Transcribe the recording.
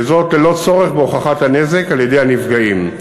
וזאת ללא צורך בהוכחת הנזק על-ידי הנפגעים.